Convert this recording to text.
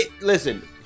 Listen